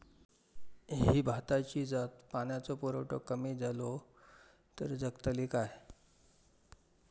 ही भाताची जात पाण्याचो पुरवठो कमी जलो तर जगतली काय?